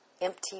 empty